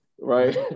Right